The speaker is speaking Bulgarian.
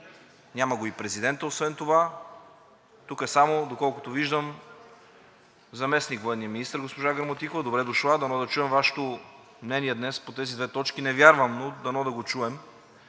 няма го и президента, освен това, тука само, доколкото виждам, е заместник-военният министър госпожа Граматикова. Добре дошли! Дано да чуем Вашето мнение днес по тези две точки – не вярвам, но дано да го чуем.